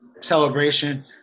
celebration